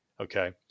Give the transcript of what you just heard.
Okay